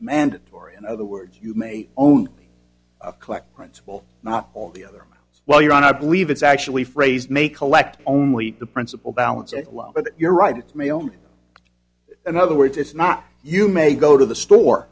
mandatory in other words you may only collect principle not all the other while you're on i believe it's actually phrased may collect only the principle balance at law but you're right it's mail in other words it's not you may go to the store